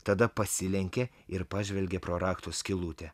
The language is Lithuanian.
tada pasilenkė ir pažvelgė pro rakto skylutę